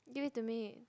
give it to me